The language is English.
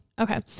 Okay